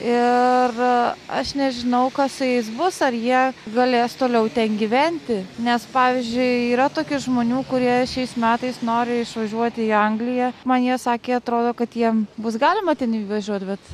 ir aš nežinau kas su jais bus ar jie galės toliau ten gyventi nes pavyzdžiui yra tokių žmonių kurie šiais metais nori išvažiuoti į angliją man jie sakė atrodo kad jiem bus galima ten įvažiuot bet